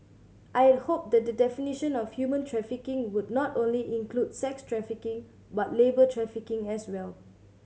I had hoped that the definition of human trafficking would not only include sex trafficking but labour trafficking as well